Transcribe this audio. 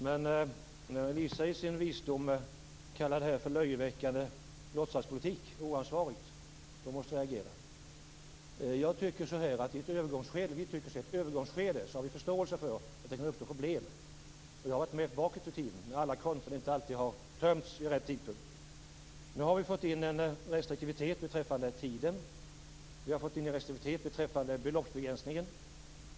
Men när Elisa Abascal Reyes i sin visdom kallar det för löjeväckande låtsaspolitik och oansvarigt måste jag reagera. I ett övergångsskede har vi förståelse för att det kan uppstå problem. Jag har varit med tidigare när alla konton inte alltid har tömts vid rätt tidpunkter. Nu har vi fått in en restriktivitet beträffande tiden och beloppsbegränsningen.